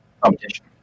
competition